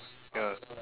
ya